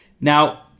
Now